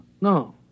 No